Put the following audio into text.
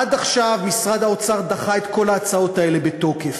עד עכשיו משרד האוצר דחה את כל ההצעות האלה בתוקף.